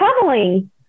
traveling